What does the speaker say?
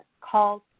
called